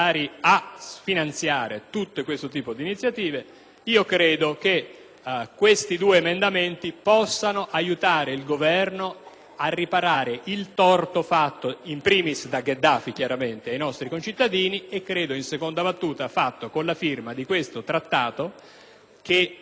questi emendamenti possano aiutare il Governo a riparare il torto fatto *in* *primis* da Gheddafi ai nostri concittadini e, in seconda battuta, con la firma di questo Trattato che è riuscito a codificare qualcosa che non era mai stato